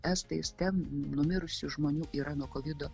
estais ten numirusių žmonių yra nuo kovido